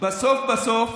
בסוף בסוף,